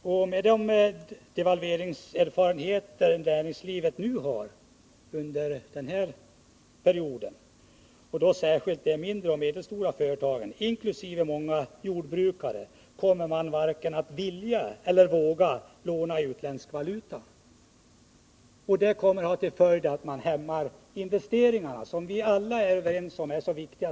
Med de erfarenheter näringslivet har av devalveringseffekterna under denna period kommer särskilt de mindre och medelstora företagen, inkl. många jordbrukare, varken att vilja eller våga låna i utländsk valuta. Det kommer att ha till följd att investeringarna hämmas — de investeringar som vi alla är överens om är mycket viktiga.